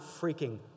freaking